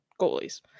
goalies